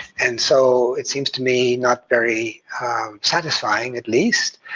and so it seems to me not very satisfying, at least,